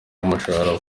umushahara